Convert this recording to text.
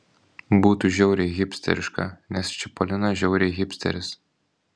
būtų žiauriai hipsteriška nes čipolinas žiauriai hipsteris